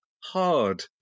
hard